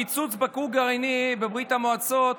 הפיצוץ בכור גרעיני בברית המועצות